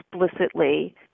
explicitly